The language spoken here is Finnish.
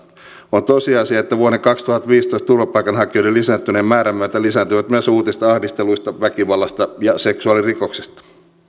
on tosiasia että vuoden kaksituhattaviisitoista turvapaikanhakijoiden lisääntyneen määrän myötä lisääntyvät myös uutiset ahdisteluista väkivallasta ja seksuaalirikoksista